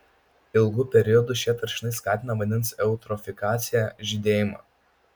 ilgu periodu šie teršalai skatina vandens eutrofikaciją žydėjimą